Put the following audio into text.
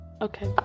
Okay